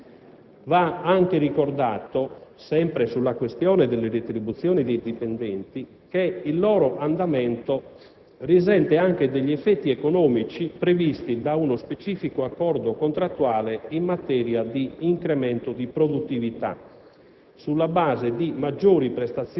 Ad onor del vero, va anche ricordato, sempre sulla questione delle retribuzioni dei dipendenti, che il loro andamento risente anche degli effetti economici previsti da uno specifico accordo contrattuale in materia di incremento di produttività,